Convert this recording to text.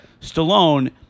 Stallone